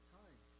time